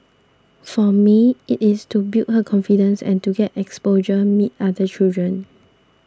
for me it is to build her confidence and to get exposure meet other children